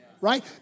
right